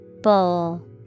Bowl